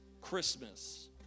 Christmas